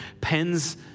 pens